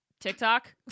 TikTok